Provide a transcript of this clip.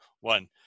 one